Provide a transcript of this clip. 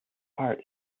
heart